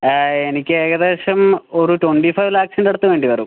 എനിക്കേകദേശം ഒരു twenty five ലാഖ്ക്സിൻ്റടുത്തു വേണ്ടിവരും